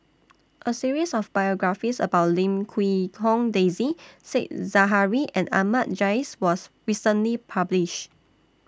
A series of biographies about Lim Quee Hong Daisy Said Zahari and Ahmad Jais was recently published